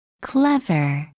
clever